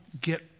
get